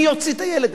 מי יוציא את הילד?